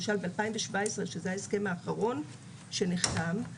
למשל ב-2017 שזה ההסכם האחרון שנחתם,